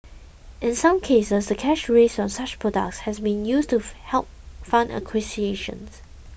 in some cases the cash raised from such products has been used to help fund